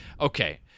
Okay